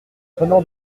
prenant